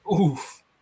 Oof